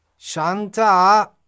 Shanta